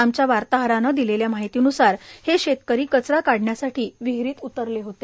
आमच्या वार्ताहरानं दिलेल्या माहितीनुसार हे शेतकरी कचरा काढण्यासाठी विहिरीत उतरले होते